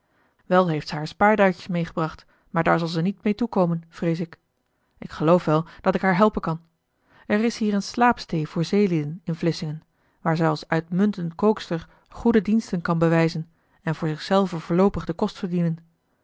wel heeft zij haar spaarduitjes meegebracht maar daar zal zij niet mee toekomen vrees ik ik geloof wel dat ik haar helpen kan er is hier een slaapstee voor zeelieden in vlissingen waar zij als uitmuntend kookster goede diensten kan bewijzen en voor zichzelve voorloopig den kost verdienen